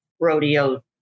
rodeo